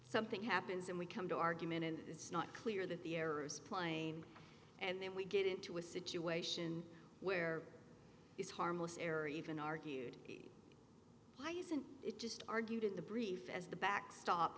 something happens and we come to argument and it's not clear that the errors plain and then we get into a situation where he's harmless error even argued why isn't it just argued in the brief as the backstop